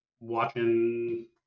Watching